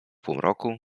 półmroku